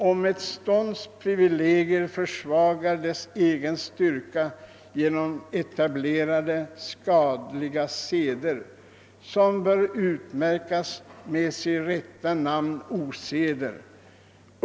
Om et stånds privilegier försvagar des egen styrka genom etablerade skadeliga seder, som bör utmärckas med sitt rätta namn oseder?